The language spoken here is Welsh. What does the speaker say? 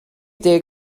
deg